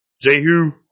Jehu